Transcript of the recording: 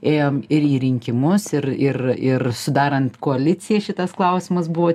ėjom ir į rinkimus ir ir ir sudarant koaliciją šitas klausimas buvo